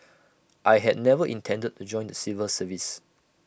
I had never intended to join the civil service